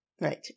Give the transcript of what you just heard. Right